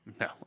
No